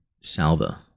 Salva